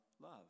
love